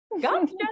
gotcha